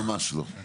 לא, ממש לא.